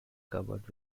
covered